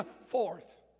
forth